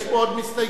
יש פה עוד מסתייגים?